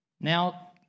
Now